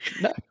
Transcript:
No